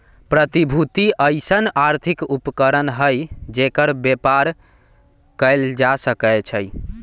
प्रतिभूति अइसँन आर्थिक उपकरण हइ जेकर बेपार कएल जा सकै छइ